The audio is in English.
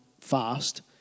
fast